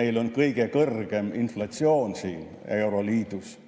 Meil on kõige kõrgem inflatsioon euroliidus.